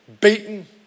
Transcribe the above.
beaten